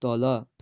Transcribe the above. तल